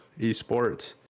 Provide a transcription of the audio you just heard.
esports